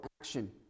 action